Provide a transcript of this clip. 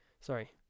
sorry